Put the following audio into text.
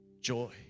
joy